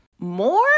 More